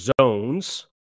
zones